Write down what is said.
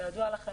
כידוע לכם,